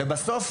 בסוף,